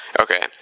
Okay